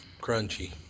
Crunchy